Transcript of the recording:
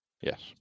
Yes